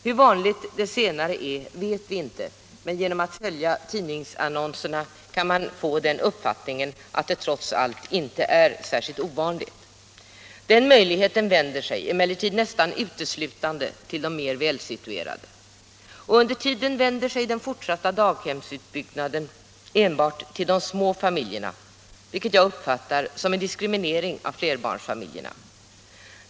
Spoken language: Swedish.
Hur vanligt det senare är vet vi inte, men genom att följa tidningsannonserna kan man få den uppfattningen att det trots allt inte är särskilt ovanligt. Den möjligheten har emellertid nästan uteslutande de mer välsituerade. Och under tiden vänder sig den fortsatta daghemsutbyggnaden enbart till de små familjerna, vilket jag uppfattar som en diskriminering av flerbarnsfamiljerna.